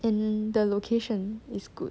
and the location is good